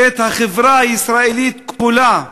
את החברה הישראלית כולה.